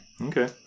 Okay